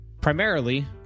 primarily